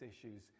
issues